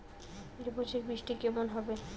এবছর বৃষ্টি কেমন হবে?